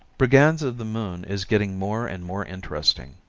brigands of the moon is getting more and more interesting.